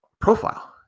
profile